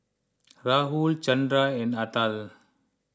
Rahul Chanda and Atal